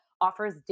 offers